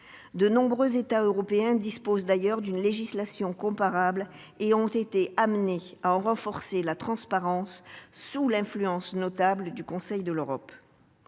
De nombreux États européens disposent d'ailleurs d'une législation comparable et ont été amenés à en renforcer la transparence, sous l'influence notable du Conseil de l'Europe.